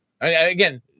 again